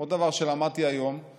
עוד דבר שלמדתי היום הוא